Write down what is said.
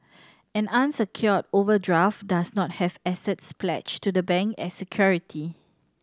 an unsecured overdraft does not have assets pledged to the bank as security